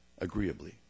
agreeably